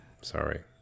Sorry